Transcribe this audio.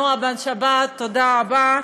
נועה בן-שבת, תודה רבה.